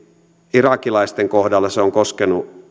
irakilaisten kohdalla se on koskenut